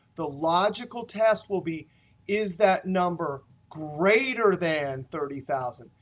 the logical test will be is that number greater than thirty thousand